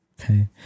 Okay